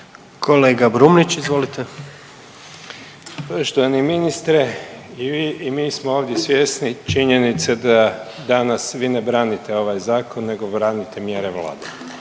(Nezavisni)** Poštovani ministre i vi i mi smo ovdje svjesni činjenice da danas vi ne branite ovaj zakon, nego branite mjere Vlade.